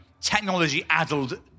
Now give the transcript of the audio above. technology-addled